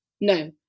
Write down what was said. No